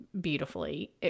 beautifully